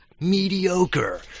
mediocre